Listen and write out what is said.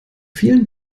vielen